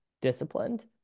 disciplined